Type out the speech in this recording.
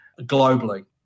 globally